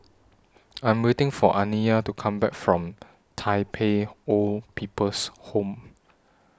I Am waiting For Aniya to Come Back from Tai Pei Old People's Home